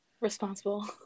responsible